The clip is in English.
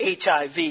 HIV